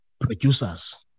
producers